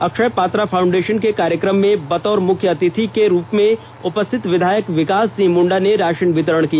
Akshay Patra foundation के कार्यक्रम में बतौर मुख्य अतिथि के रूप में उपस्थित विधायक विकास सिंह मुंडा ने राषन वितरण किया